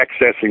accessing